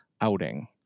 outing